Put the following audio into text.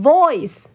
Voice